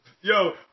yo